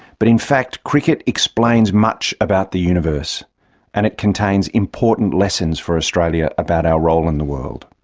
but in fact cricket explains much about the universe and it contains important lessons for australia about our role in the world.